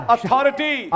Authority